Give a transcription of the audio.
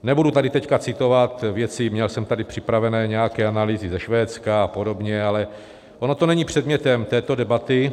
Nebudu tady teď citovat věci, měl jsem tady připravené nějaké analýzy ze Švédska apod., ale ono to není předmětem této debaty.